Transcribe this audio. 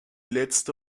letzte